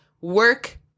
work